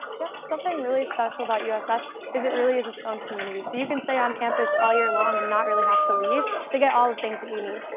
yes, something special about usf is it really is its own community. so, you can say on campus all year long and not really have to leave to get all the things that you need.